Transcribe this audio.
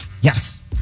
Yes